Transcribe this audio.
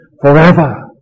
forever